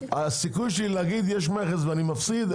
הסיכוי שאומר שיש מכס ואני מפסיד,